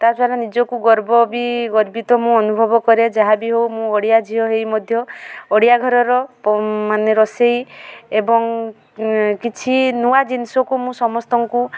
ତାଦ୍ୱାରା ନିଜକୁ ଗର୍ବ ବି ଗର୍ବିତ ମୁଁ ଅନୁଭବ କରେ ଯାହା ବି ହଉ ମୁଁ ଓଡ଼ିଆ ଝିଅ ହେଇ ମଧ୍ୟ ଓଡ଼ିଆ ଘରର ମାନେ ରୋଷେଇ ଏବଂ କିଛି ନୂଆ ଜିନିଷକୁ ମୁଁ ସମସ୍ତଙ୍କୁ